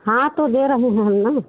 हाँ तो दे रहे हैं हम ना